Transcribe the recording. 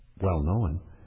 well-known